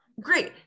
great